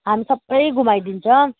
हामी सबै घुमाइदिन्छ